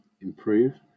improve